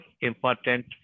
important